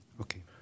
Okay